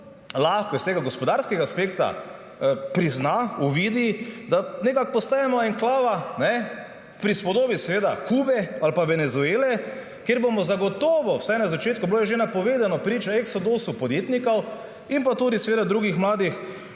lahko iz tega gospodarskega aspekta prizna, uvidi, da nekako postajamo enklava, v prispodobi seveda, Kube ali pa Venezuele, kjer bomo zagotovo, vsaj na začetku, bilo je že napovedano, priča eksodusu podjetnikov in pa tudi seveda drugih mladih